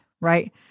right